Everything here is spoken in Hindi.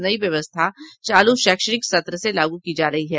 नई व्यवस्था चालू शैक्षणिक सत्र से लागू की जा रही है